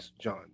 John